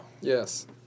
Yes